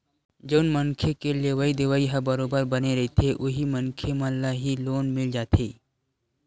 जउन मनखे के लेवइ देवइ ह बरोबर बने रहिथे उही मनखे मन ल ही लोन मिल पाथे